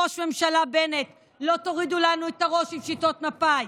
בוש ממשלה בנט: לא תורידו לנו את הראש עם שיטות מפא"י.